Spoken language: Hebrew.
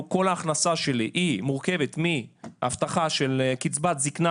ההכנסה שלי מורכבת מהבטחה של קצבת זקנה